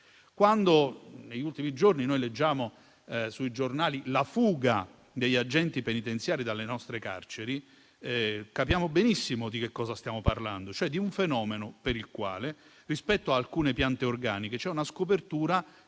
giorni. Negli ultimi giorni abbiamo letto sui giornali la fuga degli agenti penitenziari dalle nostre carceri e capiamo benissimo di che cosa stiamo parlando, e cioè di un fenomeno per il quale, rispetto ad alcune piante organiche, c'è una scopertura